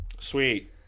Sweet